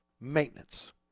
Maintenance